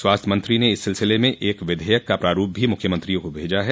स्वास्थ्य मंत्री ने इस सिलसिले में एक विधेयक का प्रारूप भी मुख्यमंत्रियों को भेजा है